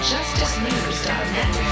JusticeNews.net